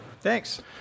thanks